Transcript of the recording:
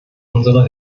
unserer